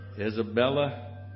Isabella